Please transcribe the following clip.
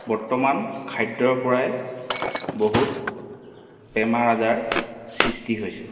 বৰ্তমান খাদ্যৰ পৰাই বহুত বেমাৰ আজাৰ সৃষ্টি হৈছে